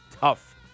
tough